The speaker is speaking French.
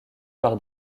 par